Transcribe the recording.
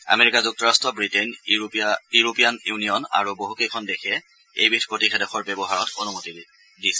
America যুক্তৰাট্ট Britain European Union আৰু বছকেইখন দেশে এইবিধ প্ৰতিষেধকৰ ব্যৱহাৰত অনুমতি দিছে